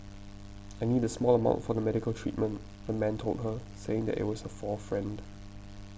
I need a small amount for the medical treatment the man told her saying that it was for a friend